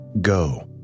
Go